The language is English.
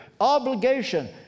obligation